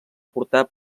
portar